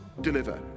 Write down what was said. deliver